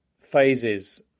phases